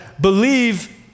Believe